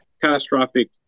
catastrophic